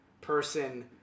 person